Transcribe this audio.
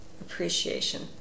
appreciation